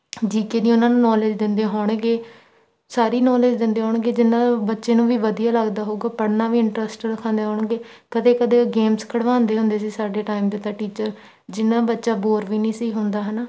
ਜੀ ਕੇ ਦੀ ਉਹਨਾਂ ਨੂੰ ਨੌਲੇਜ ਦਿੰਦੇ ਹੋਣਗੇ ਸਾਰੀ ਨੌਲੇਜ ਦਿੰਦੇ ਹੋਣਗੇ ਜਿਸ ਨਾਲ ਬੱਚੇ ਨੂੰ ਵੀ ਵਧੀਆ ਲੱਗਦਾ ਹੋਊਗਾ ਪੜ੍ਹਨਾ ਵੀ ਇੰਟਰਸਟ ਦਿਖਾਉਂਦੇ ਹੋਣਗੇ ਕਦੇ ਕਦੇ ਗੇਮਸ ਖਿਡਵਾਉਂਦੇ ਹੁੰਦੇ ਸੀ ਸਾਡੇ ਟਾਈਮ 'ਤੇ ਤਾਂ ਟੀਚਰ ਜਿਸ ਨਾਲ ਬੱਚਾ ਬੋਰ ਵੀ ਨਹੀਂ ਸੀ ਹੁੰਦਾ ਹੈ ਨਾ